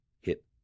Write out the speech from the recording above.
hit